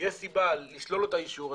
תהיה סיבה לשלול לו את האישור,